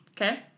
Okay